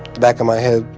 back of my head.